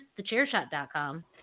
thechairshot.com